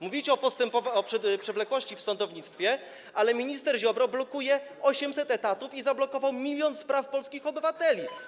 Mówicie o przewlekłości w sądownictwie, ale minister Ziobro blokuje 800 etatów i zablokował milion spraw polskich obywateli.